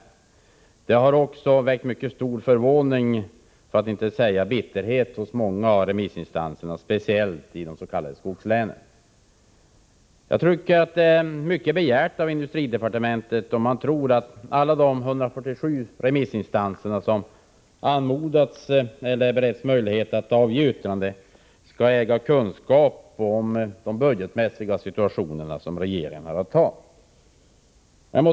Påpekandet har framkallat mycket stor förvåning — för att inte säga bitterhet — hos många av remissinstanserna, speciellt de från de s.k. skogslänen. Om man på industridepartementet menar att alla de 147 remissinstanser som beretts möjlighet att avge ett yttrande skall ha kunskaper om den budgetmässiga situation som regeringen har att ta ställning till, tycker jag att det är att begära för mycket av remissinstanserna.